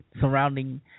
surrounding